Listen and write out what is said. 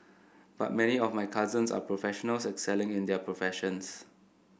but many of my cousins are professional excelling in their professions